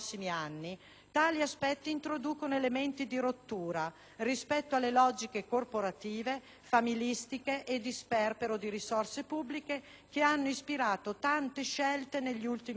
tali aspetti introducono elementi di rottura rispetto alle logiche corporative, familistiche e di sperpero di risorse pubbliche che hanno ispirato tante scelte negli ultimi decenni.